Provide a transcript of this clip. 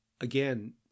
Again